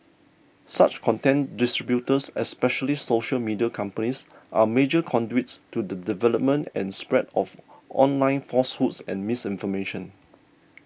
such content distributors especially social media companies are major conduits to the development and spread of online falsehoods and misinformation